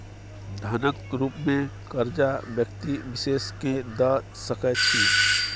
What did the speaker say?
धनक रुप मे करजा व्यक्ति विशेष केँ द सकै छी